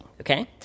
okay